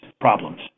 problems